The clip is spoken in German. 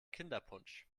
kinderpunsch